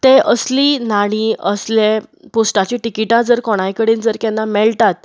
तें असली नाणी असलें पोस्टाची तिकिटां जर कोणांय कडेन जर केन्ना मेळटात